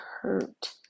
hurt